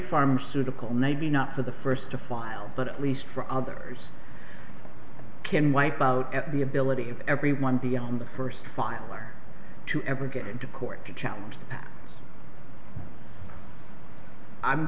pharmaceutical maybe not for the first to file but at least for others can wipe out at the ability of everyone beyond the first five are to ever get into court to challenge